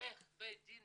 ואיך בית דין